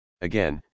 Again